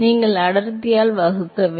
எனவே நீங்கள் அடர்த்தியால் வகுக்க வேண்டும்